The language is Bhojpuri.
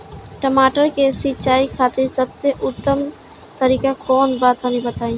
टमाटर के सिंचाई खातिर सबसे उत्तम तरीका कौंन बा तनि बताई?